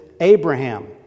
Abraham